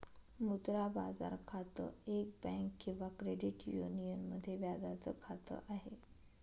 मुद्रा बाजार खातं, एक बँक किंवा क्रेडिट युनियन मध्ये व्याजाच खात आहे